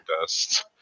dust